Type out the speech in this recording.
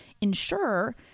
ensure